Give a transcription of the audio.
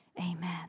Amen